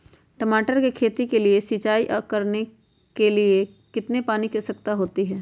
टमाटर की खेती के लिए सिंचाई करने के लिए कितने पानी की आवश्यकता होती है?